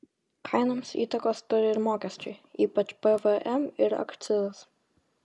kainoms įtakos turi ir mokesčiai ypač pvm ir akcizas